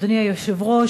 אדוני היושב-ראש,